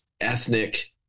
ethnic